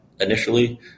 initially